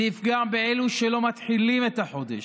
זה יפגע באלו שלא מתחילים את החודש,